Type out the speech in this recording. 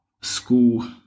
school